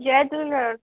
जय झूलण